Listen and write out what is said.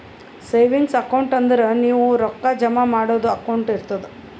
savings account ಅಂದುರ್ ನೀವು ರೊಕ್ಕಾ ಜಮಾ ಮಾಡದು ಅಕೌಂಟ್ ಇರ್ತುದ್